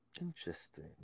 Interesting